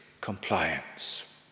compliance